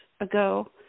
ago